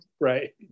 Right